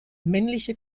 männliche